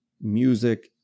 music